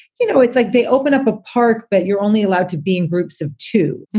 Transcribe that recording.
you know, it's like they open up a park, but you're only allowed to be in groups of two.